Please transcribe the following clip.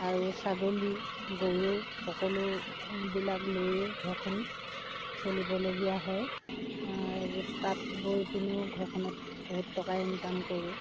আৰু ছাগলী গৰু সকলো বিলাক লৈয়ে ঘৰখন চলিবলগীয়া হয় তাঁত বৈ পেনিও ঘৰখনত বহুত টকা ইনকাম কৰোঁ